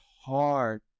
hard